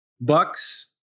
Bucks